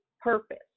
purpose